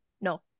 no